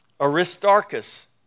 Aristarchus